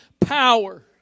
power